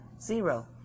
zero